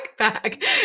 backpack